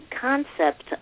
concept